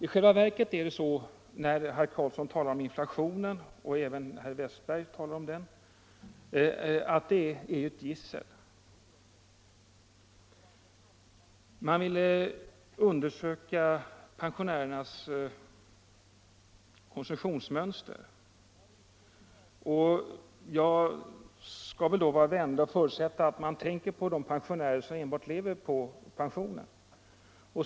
Inflationen, som herr Carlsson i Vikmanshyttan och herr Westberg i Ljusdal talar om, är ett gissel. Man vill undersöka pensionärernas konsumtionsmönster. Jag skall vara vänlig och förutsätta att man härvid tänker på de pensionärer som lever enbart på pensionen.